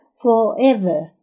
forever